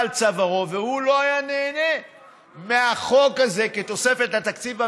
מושמת על צווארו והוא לא היה נהנה מהחוק הזה כתוספת לתקציב המדינה,